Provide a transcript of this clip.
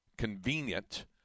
Convenient